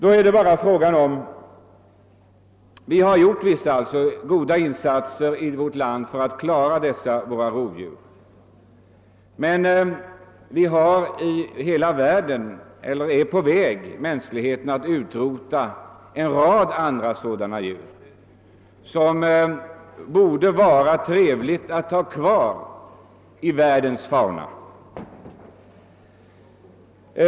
Vi har här i vårt land gjort en del goda insatser för att rädda våra rovdjur, men i vissa delar av världen är man i dag på väg att utrota ett antal djurarter, som det vore värdefullt att ha kvar i världens fauna.